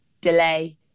delay